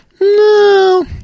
No